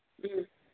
ꯎꯝ